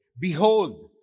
Behold